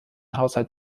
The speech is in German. haushalt